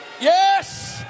Yes